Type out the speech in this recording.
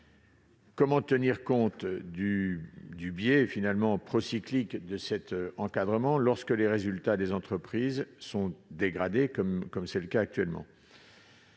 Comment tenir compte du biais procyclique de cet encadrement, lorsque les résultats des entreprises sont dégradés, comme c'est le cas actuellement ?